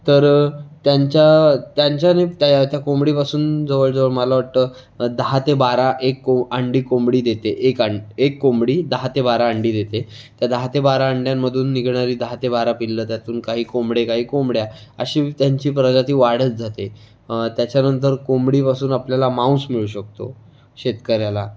तर त्यांच्या त्यांच्याने त्या त्या कोंबडीपासून जवळ जवळ मला वाटतं दहा ते बारा एक को अंडी कोंबडी देते एक अंडं एक कोंबडी दहा ते बारा अंडी देते त्या दहा ते बारा अंड्यांमधून निघणारी दहा ते बारा पिल्लं त्यातून काही कोंबडे काही कोंबड्या अशी त्यांची प्रगती वाढत जाते त्याच्यानंतर कोंबडीपासून आपल्याला मांस मिळू शकतो शेतकऱ्याला